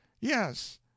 yes